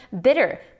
bitter